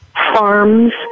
farms